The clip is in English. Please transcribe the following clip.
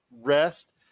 rest